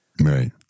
Right